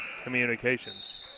communications